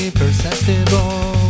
perceptible